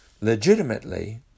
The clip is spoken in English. legitimately